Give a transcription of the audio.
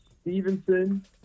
Stevenson